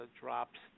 drops